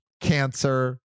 cancer